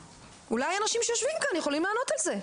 אולי אנשים שיושבים כאן יכולים לענות על זה.